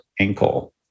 ankle